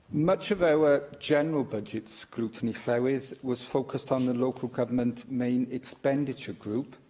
much of our general budget scrutiny, llywydd, was focused on the local government main expenditure group.